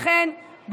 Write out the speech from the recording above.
לכן,